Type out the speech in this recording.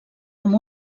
amb